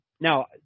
now